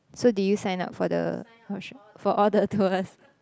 so did you sign up for the for all the tours